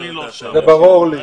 זה ברור לי.